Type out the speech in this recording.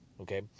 okay